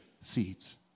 seeds